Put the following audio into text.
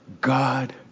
God